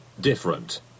different